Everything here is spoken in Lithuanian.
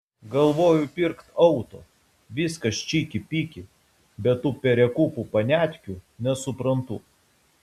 galvoju pirkt auto viskas čiki piki bet tų perekūpų paniatkių nesuprantu